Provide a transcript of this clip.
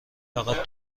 فقط